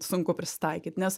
sunku prisitaikyt nes